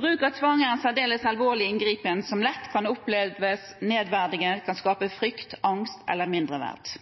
Bruk av tvang er en særdeles alvorlig inngripen som lett kan oppleves nedverdigende og kan skape frykt, angst eller mindreverd.